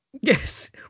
Yes